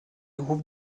groupes